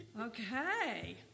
Okay